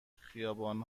خیابان